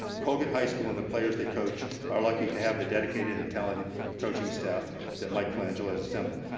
colgan high school and the players they coach are lucky to have the dedicated and talented coaching staff that mike colangelo's assembled.